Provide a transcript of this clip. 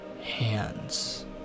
hands